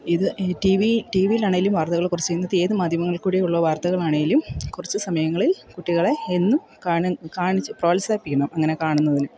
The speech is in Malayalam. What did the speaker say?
ഇത് ഈ ടി വി ടി വിയിലാണെങ്കിലും വാർത്തകൾ കുറച്ച് ഇന്നത്തെ ഏത് മാധ്യമങ്ങളിൽക്കൂടിയുള്ള വാർത്തകളാണെങ്കിലും കുറച്ച് സമയങ്ങളിൽ കുട്ടികളെ എന്നും കാണ കാണിച്ചു പ്രോത്സാഹിപ്പിക്കണം അങ്ങനെ കാണുന്നതിന്